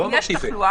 לא,